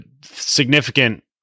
significant